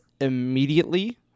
immediately